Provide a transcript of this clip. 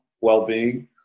well-being